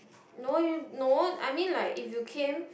no you no I mean like if you came